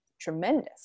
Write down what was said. tremendous